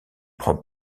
prend